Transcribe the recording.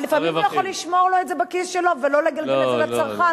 אבל לפעמים הוא יכול לשמור לו את זה בכיס שלו ולא לגלגל את זה לצרכן,